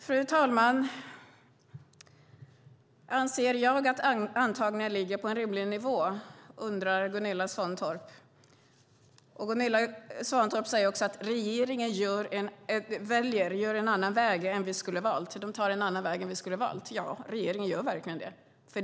Fru talman! Anser jag att antagningarna ligger på en rimlig nivå, undrar Gunilla Svantorp. Gunilla Svantorp säger också att regeringen väljer en annan väg än Socialdemokraterna skulle ha valt. Ja, regeringen gör verkligen det.